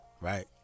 Right